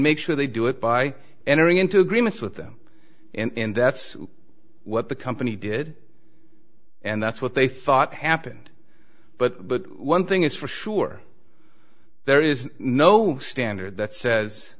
make sure they do it by entering into agreements with them and that's what the company did and that's what they thought happened but one thing is for sure there is no standard that says